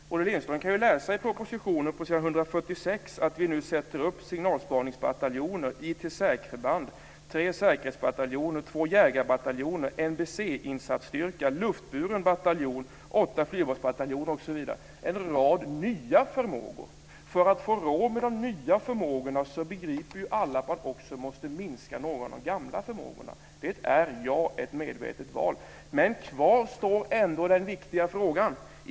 Olle Lindström kan ju läsa i proposition på s. 146 att vi nu sätter upp signalspaningsbataljon, ett IT säkerhetsförband, tre säkerhetsbataljoner, två jägarbataljoner, en NBC-insatsstyrka, en luftburen bataljon, åtta flygbasbataljoner osv. Det är en rad nya förmågor. För att få råd med de nya förmågorna begriper alla att man också måste minska några av de gamla. Det är ett medvetet val - ja. Men kvar står ändå den viktiga frågan.